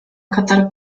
katar